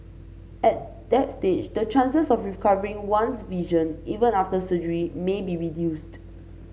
at that stage the chances of recovering one's vision even after surgery may be reduced